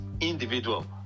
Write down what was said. individual